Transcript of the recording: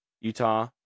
Utah